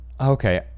okay